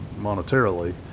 monetarily